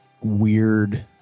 weird